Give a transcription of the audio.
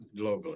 globally